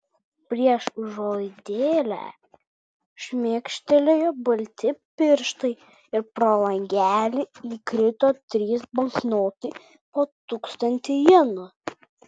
prieš užuolaidėlę šmėkštelėjo balti pirštai ir pro langelį įkrito trys banknotai po tūkstantį jenų